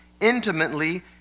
intimately